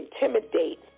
intimidate